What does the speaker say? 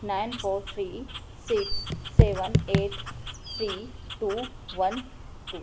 nine four three six seven eight three two one two